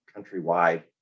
countrywide